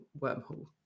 wormhole